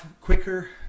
quicker